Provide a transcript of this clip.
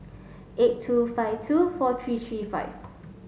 eight two five two four three three five